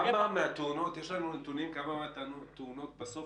האם יש לנו נתונים כמה מהתאונות בסוף